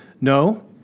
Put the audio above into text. No